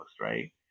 right